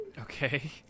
Okay